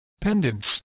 pendants